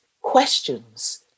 questions